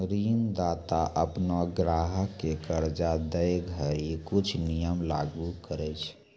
ऋणदाता अपनो ग्राहक क कर्जा दै घड़ी कुछ नियम लागू करय छै